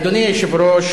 אדוני היושב-ראש,